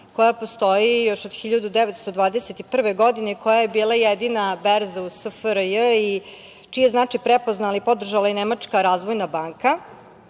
koja postoji još od 1921. godine koja je bila jedina berza u SFRJ i čiji je značaj prepoznala i podržala Nemačka razvojna banka. Ovaj